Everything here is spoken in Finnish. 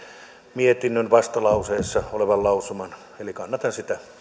mietinnön vastalauseessa olevasta lausumasta eli kannatan sitä